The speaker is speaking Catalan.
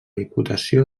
diputació